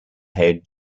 head